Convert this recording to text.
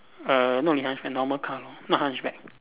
err not only hatchback normal car not hatchback